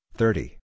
thirty